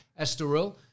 Estoril